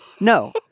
No